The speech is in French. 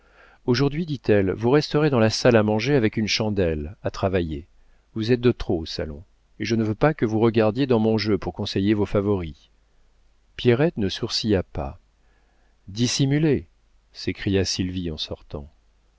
aujourd'hui dit-elle vous resterez dans la salle à manger avec une chandelle à travailler vous êtes de trop au salon et je ne veux pas que vous regardiez dans mon jeu pour conseiller vos favoris pierrette ne sourcilla pas dissimulée s'écria sylvie en sortant